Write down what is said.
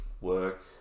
work